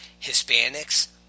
Hispanics